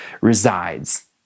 resides